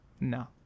No